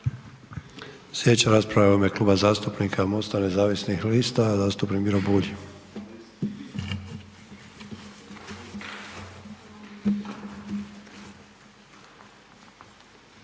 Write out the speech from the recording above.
Slijedeća rasprava u ime Kluba zastupnika MOST-a nezavisnih lista, zastupnik Miro Bulj.